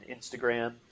Instagram